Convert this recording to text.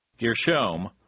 Gershom